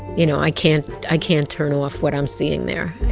you know, i can't i can't turn off what i'm seeing there.